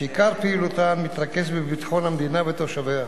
שעיקר פעילותן מתרכזת בביטחון המדינה ותושביה.